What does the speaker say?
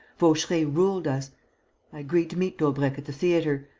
vaucheray ruled us. i agreed to meet daubrecq at the theatre.